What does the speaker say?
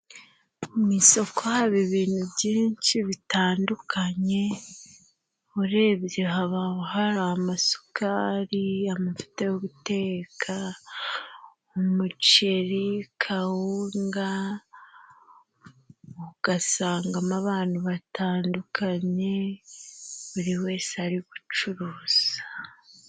Mu isoko haba ibintu byinshi bitandukanye urebye haba hari amasukari ,amavuta yo guteka, umuceri, kawunga ugasangamo abantu batandukanye buri wese ari gucuruza.